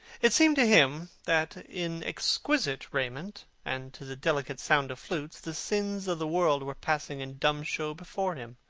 it seemed to him that in exquisite raiment, and to the delicate sound of flutes, the sins of the world were passing in dumb show before him.